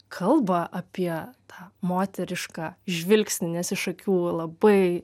kalba apie tą moterišką žvilgsnį nes iš akių labai